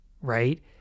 right